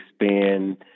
expand